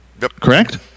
correct